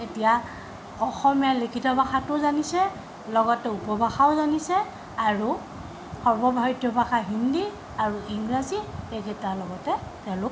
এতিয়া অসমীয়া লিখিত ভাষাটোও জানিছে লগতে উপভাষাও জানিছে আৰু সৰ্বভাৰতীয় ভাষা হিন্দী আৰু ইংৰাজী এইকেইটাৰ লগতে তেওঁলোক